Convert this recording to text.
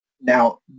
now